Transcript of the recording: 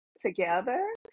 together